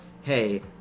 hey